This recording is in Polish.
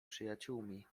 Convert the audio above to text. przyjaciółmi